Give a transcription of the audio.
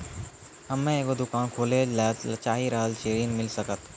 हम्मे एगो दुकान खोले ला चाही रहल छी ऋण मिल सकत?